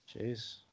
Jeez